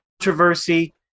controversy